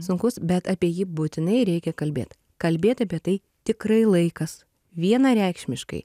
sunkus bet apie jį būtinai reikia kalbėt kalbėt apie tai tikrai laikas vienareikšmiškai